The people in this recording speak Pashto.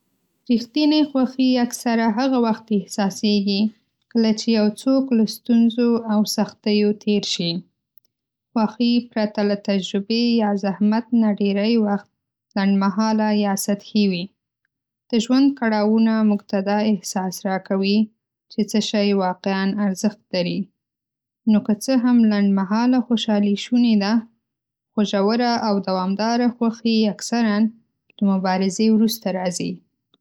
ریښتینې خوښي اکثره هغه وخت احساسیږي کله چې یو څوک له ستونزو او سختیو تېر شي. خوښي پرته له تجربې یا زحمت نه ډېری وخت لنډمهاله یا سطحي وي. د ژوند کړاوونه موږ ته دا احساس راکوي چې څه شی واقعا ارزښت لري. نو که څه هم لنډمهاله خوشالي شونې ده، خو ژوره او دوامداره خوښي اکثراً له مبارزې وروسته راځي.